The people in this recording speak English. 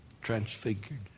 transfigured